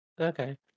okay